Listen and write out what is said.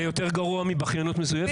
זה יותר גרוע מ"בכיינות מזוייפת"?